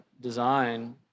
design